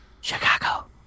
Chicago